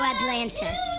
Atlantis